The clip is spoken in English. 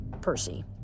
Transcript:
percy